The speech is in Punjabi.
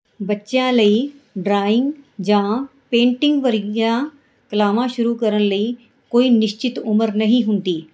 ਬੱਚਿਆਂ ਲਈ ਡਰਾਇੰਗ ਜਾਂ ਪੇਂਟਿੰਗ ਵਰਗੀਆਂ ਕਲਾਵਾਂ ਸ਼ੁਰੂ ਕਰਨ ਲਈ ਕੋਈ ਨਿਸ਼ਚਿਤ ਉਮਰ ਨਹੀਂ ਹੁੰਦੀ